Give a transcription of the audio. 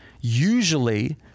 usually